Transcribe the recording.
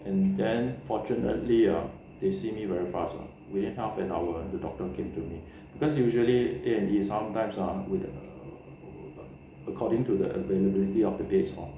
and then fortunately ah they see me very fast lah within half an hour the doctor came to me cause usually A&E sometimes ah according to the availability of the days hor